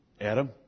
Adam